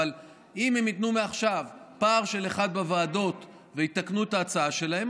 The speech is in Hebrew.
אבל אם הם ייתנו מעכשיו פער של אחד בוועדות ויתקנו את ההצעה שלהם,